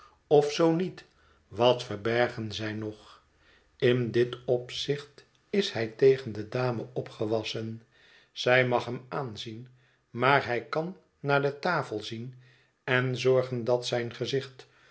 of zoo niet wat verbergen zij nog in dit opzicht is hij tegen de dame opgewassen zij mag hem aanzien maar hij kan naar de tafel zien en zorgen dat zijn gezicht